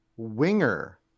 Winger